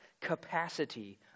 capacity